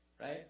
right